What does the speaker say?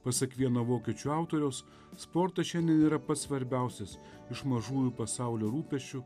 pasak vieno vokiečių autoriaus sportas šiandien yra pats svarbiausias iš mažųjų pasaulio rūpesčių